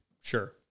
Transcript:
Sure